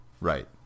Right